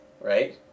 right